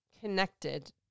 connected